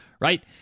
right